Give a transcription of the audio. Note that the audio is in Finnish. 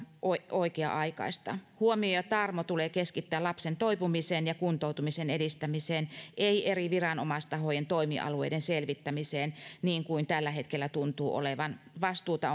oikea aikaista huomio ja tarmo tulee keskittää lapsen toipumisen ja kuntoutumisen edistämiseen ei eri viranomaistahojen toimialueiden selvittämiseen niin kuin tällä hetkellä tuntuu olevan vastuuta